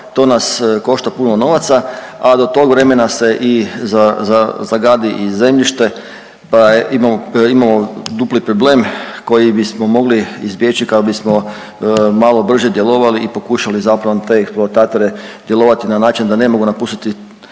to nas košta puno novaca, a do tog vremena se i zagadi i zemljište pa imamo dupli problem koji bismo mogli izbjeći kad bismo malo brže djelovali i pokušali te eksploatatore djelovati na način da ne mogu napustiti